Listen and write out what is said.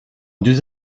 douze